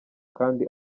kandi